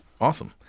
Awesome